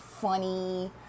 funny